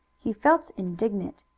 he felt indignant.